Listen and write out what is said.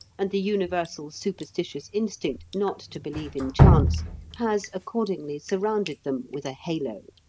and the universal superstitious instinct not to believe in chance has accordingly surrounded them with a halo.